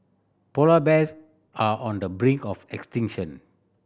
polar bears are on the brink of extinction